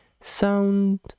sound